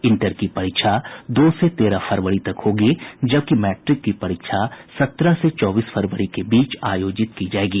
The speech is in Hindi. इंटर की परीक्षा दो से तेरह फरवरी तक होगी जबकि मैट्रिक की परीक्षा सत्रह से चौबीस फरवरी के बीच आयोजित की जायेगी